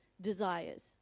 desires